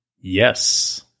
Yes